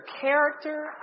character